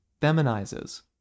feminizes